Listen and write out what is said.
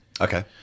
Okay